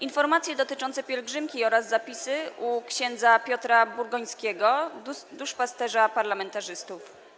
Informacje dotyczące pielgrzymki oraz zapisy u ks. Piotra Burgońskiego, duszpasterza parlamentarzystów.